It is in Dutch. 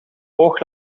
oog